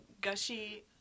gushy